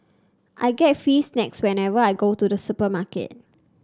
I get free snacks whenever I go to the supermarket